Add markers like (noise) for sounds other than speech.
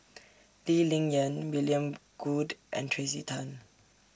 (noise) Lee Ling Yen William Goode and Tracey Tan